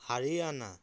Haryana